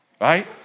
right